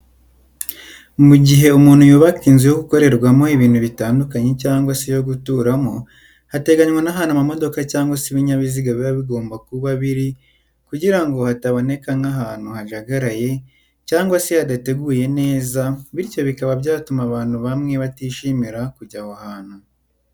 Mu gihe umuntu yubaka inzu yo gukorerwamo ibintu bitandukanye cyangwa se niyo guturamo hateganwa n'ahanrtu amamodoka cyangwa se ibinyabiziga biba bigomba kuba biri kugirango hataboneka nk'ahantu hajagaraye cyangwa se hadateguye neza bityo bikaba byatuma abantu bamwe batishimira kujya aho hantu.